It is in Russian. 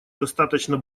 достаточно